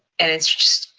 and it's just,